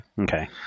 Okay